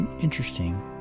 interesting